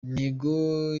mihigo